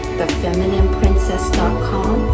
thefeminineprincess.com